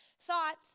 thoughts